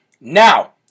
Now